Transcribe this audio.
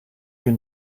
you